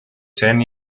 ten